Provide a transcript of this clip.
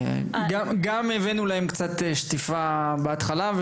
גם הבאנו להם קצת 'שטיפה' בהתחלה.